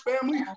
family